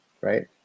right